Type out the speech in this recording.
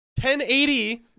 1080